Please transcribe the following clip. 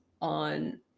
on